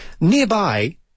Nearby